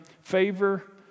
favor